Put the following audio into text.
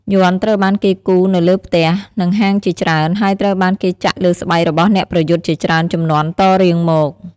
យ័ន្តត្រូវបានគេគូរនៅលើផ្ទះ និងហាងជាច្រើន ហើយត្រូវបានគេចាក់លើស្បែករបស់អ្នកប្រយុទ្ធជាច្រើនជំនាន់តរៀងមក។